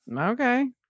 Okay